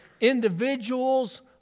individuals